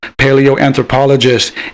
paleoanthropologist